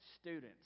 students